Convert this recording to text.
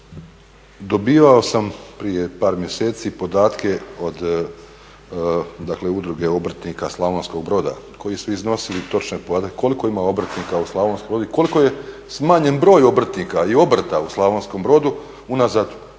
Dobivao sam prije par mjeseci podatke od dakle Udruge obrtnika Slavonskog Broda koji su iznosili točne podatke koliko ima obrtnika u Slavonskom Brodu i koliko je smanjen broj obrtnika i obrta u Slavonskom Brodu unazad tri